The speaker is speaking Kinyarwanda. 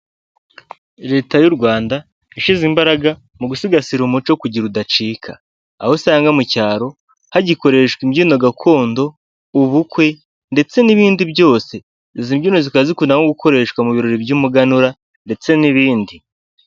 Leta y'u rwanda yashyize imbaraga mu gusigasira umuco kugira udacika aho usanga mu cyaro hagikoreshwa imbyino gakondo ubukwe ndetse n'ibindi byose izi mbyino zikaba zikunda nko gukoreshwa mu birori by'umuganura ndetse n'ibindi.